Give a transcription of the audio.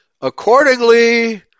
accordingly